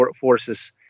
forces